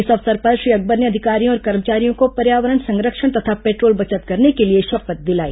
इस अवसर पर श्री अकबर ने अधिकारियों और कर्मचारियों को पर्यावरण संरक्षण तथा पेट्रोल बचत करने के लिए शपथ दिलाई